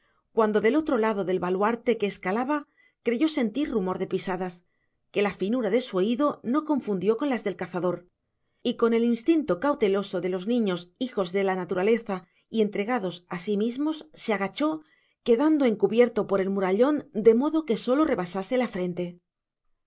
cuando del otro lado del baluarte que escalaba creyó sentir rumor de pisadas que la finura de su oído no confundió con las del cazador y con el instinto cauteloso de los niños hijos de la naturaleza y entregados a sí mismos se agachó quedando encubierto por el murallón de modo que sólo rebasase la frente